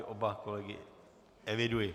Oba kolegy eviduji.